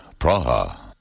Praha